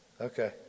Okay